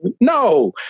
no